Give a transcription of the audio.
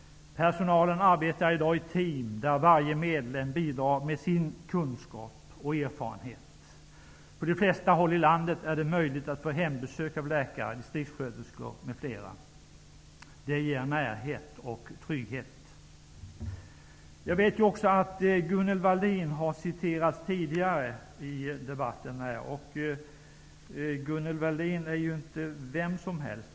Personalen arbetar i dag i team, där varje medlem bidrar med sin kunskap och erfarenhet. På de flesta håll i landet är det möjligt att få hembesök av läkare, distriktssköterskor m.fl. Det ger närhet och trygghet. Jag vet att Gunnel Waldin har citerats tidigare i debatten. Gunnel Waldin är inte vem som helst.